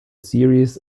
series